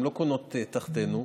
הן לא קונות תחתינו,